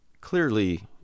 Clearly